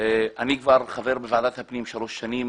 אני חבר בוועדת הפנים שלוש שנים